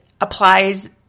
applies